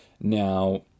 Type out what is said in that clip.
Now